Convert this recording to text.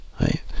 right